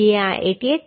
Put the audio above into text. જે આ 88